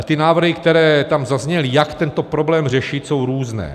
Ty návrhy, které tam zazněly, jak tento problém řešit, jsou různé.